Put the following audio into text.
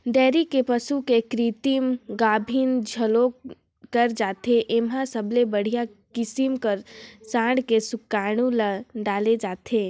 dairy के पसू के कृतिम गाभिन घलोक करे जाथे, एमा सबले बड़िहा किसम के सांड के सुकरानू ल डाले जाथे